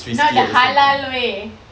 not the halal way